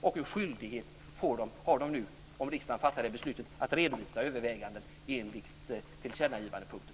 Om riksdagen fattar detta beslut har den en skyldighet att redovisa överväganden enligt tillkännagivandepunkten.